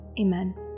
Amen